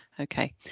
Okay